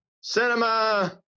cinema